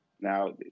Now